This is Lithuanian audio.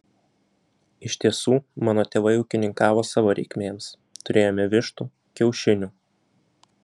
iš tiesų mano tėvai ūkininkavo savo reikmėms turėjome vištų kiaušinių